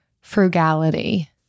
frugality